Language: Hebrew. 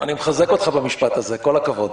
אני מחזק אותך במשפט הזה, כל הכבוד.